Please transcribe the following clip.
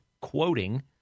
quoting